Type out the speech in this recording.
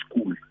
school